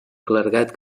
clergat